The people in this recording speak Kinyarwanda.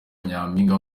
nyampinga